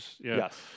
Yes